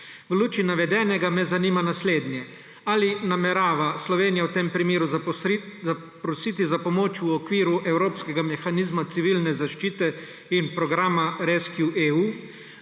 V luči navedenega me zanima naslednje: Ali namerava Slovenija v tem primeru zaprositi za pomoč v okviru evropskega mehanizma civilne zaščite in programa rescEU?